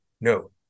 no